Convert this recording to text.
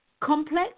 Complex